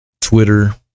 Twitter